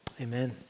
amen